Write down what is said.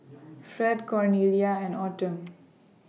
Fred Cornelia and Autumn